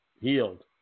healed